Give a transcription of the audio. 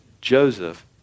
Joseph